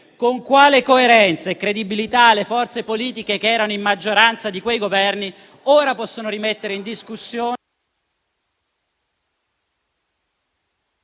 Con quale coerenza e credibilità le forze politiche che erano in maggioranza di quei Governi ora possono rimettere in discussione...